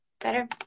Better